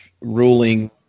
ruling